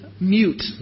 mute